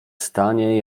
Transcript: stanie